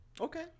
Okay